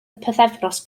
bythefnos